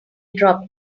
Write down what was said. dropped